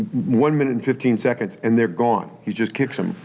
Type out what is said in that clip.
one minute fifteen seconds and they're gone, he just kicks em.